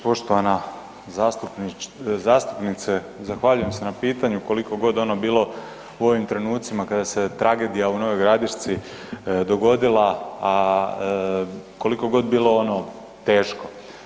Poštovana zastupnice, zahvaljujem se na pitanju, koliko god ono bilo u ovim trenucima kada se tragedija u Novoj Gradišci dogodila, a koliko god bilo ono teško.